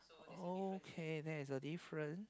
okay there is a different